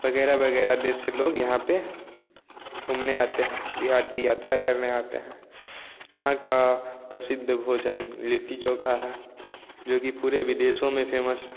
वगैरह वगैरह देश से लोग यहाँ पर घूमने आते हैं बिहार की यात्रा करने आते हैं यहाँ का प्रसिद्ध भोजन लिट्टी चोखा है जो कि पूरे विदेशों में फेमस है